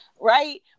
Right